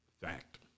Fact